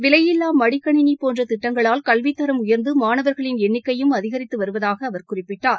விலையில்லா மடிக்கணினி போன்ற திட்டங்களால் கல்வித் தரம் உயர்ந்து மானவர்களின் எண்னிக்கையும் அதிகரித்து வருவதாக அவர் குறிப்பிட்டார்